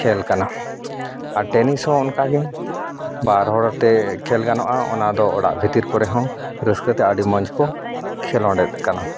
ᱠᱷᱮᱞ ᱠᱟᱱᱟ ᱟᱨ ᱴᱮᱱᱤᱥ ᱦᱚᱸ ᱚᱱᱠᱟ ᱜᱮ ᱵᱟᱨ ᱦᱚᱲᱛᱮ ᱠᱷᱮᱹᱞ ᱜᱟᱱᱚᱜᱼᱟ ᱚᱱᱟ ᱫᱚ ᱚᱲᱟᱜ ᱵᱷᱤᱛᱤᱨ ᱠᱚᱨᱮ ᱦᱚᱸ ᱨᱟᱹᱥᱠᱟᱹ ᱛᱮ ᱟᱹᱰᱤ ᱢᱚᱡᱽ ᱠᱚ ᱠᱷᱮᱹᱞᱳᱰᱮᱫ ᱠᱟᱱᱟ